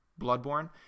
bloodborne